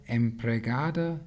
empregada